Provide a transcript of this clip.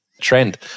trend